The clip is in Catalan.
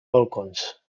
balcons